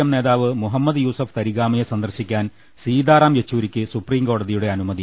M നേതാവ് മുഹമ്മദ് യൂസഫ് തരിഗാമിയെ സന്ദർശിക്കാൻ സീതാറാം യെച്ചൂരിക്ക് സുപ്രീംകോടതിയുടെ അനുമതി